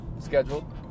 scheduled